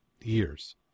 years